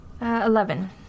Eleven